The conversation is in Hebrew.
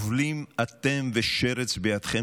טובלים אתם ושרץ בידכם.